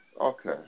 Okay